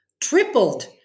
tripled